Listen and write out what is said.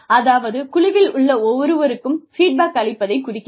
அதாவது குழுவில் உள்ள ஒவ்வொருவருக்கும் ஃபீட்பேக் அளிப்பதைக் குறிக்கிறது